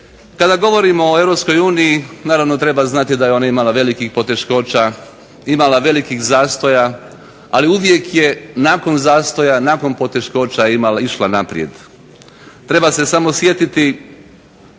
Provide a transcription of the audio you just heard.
Kada govorimo o Europskoj uniji naravno treba znati da je ona imala velikih poteškoća, imala velikih zastoja ali uvijek je nakon zastoja, nakon poteškoća išla naprijed. Treba se samo sjetiti